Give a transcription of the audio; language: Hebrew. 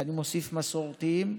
ואני מוסיף מסורתיים,